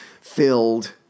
filled